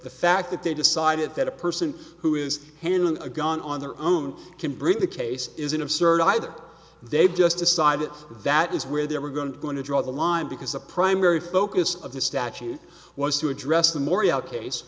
the fact that they decided that a person who is handling a gun on their own can bring the case isn't absurd either they just decided that is where they were going to going to draw the line because the primary focus of the statute was to address the morea case